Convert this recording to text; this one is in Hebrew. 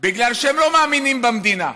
בגלל שהם לא מאמינים במדינה,